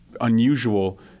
unusual